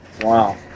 Wow